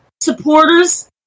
supporters